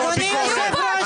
סדרנים,